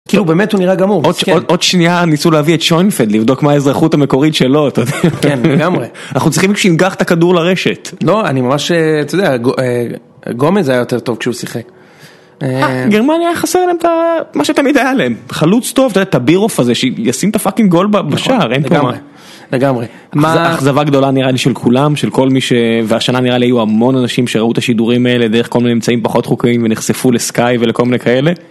כאילו באמת הוא נראה גמור, עוד שניה ניסו להביא את שוינפלד לבדוק מה האזרחות המקורית שלו אתה יודע, כן לגמרי, אנחנו צריכים שיינגח את הכדור לרשת, לא אני ממש, אתה יודע, גומן זה היה יותר טוב כשהוא שיחק. גרמניה חסר להם את מה שתמיד היה להם, חלוץ טוב, אתה יודע, את הבירוף הזה שישים את הפאקינג הגול בשער, אין פה מה. לגמרי, אכזבה גדולה נראה לי של כולם, של כל מי, והשנה נראה לי יהיו המון אנשים שראו את השידורים האלה דרך כל מיני אמצעים פחות חוקיים ונחשפו לסקאי ולכל מיני כאלה.